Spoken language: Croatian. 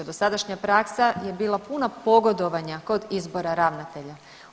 Dosadašnja praksa je bila puna pogodovanja kod izbora ravnatelja.